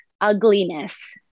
ugliness